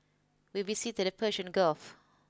we visited the Persian Gulf